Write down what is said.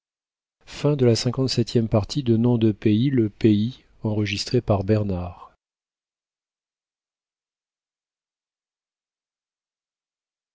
le roi de le